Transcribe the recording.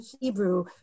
Hebrew